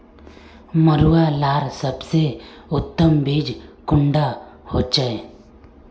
मरुआ लार सबसे उत्तम बीज कुंडा होचए?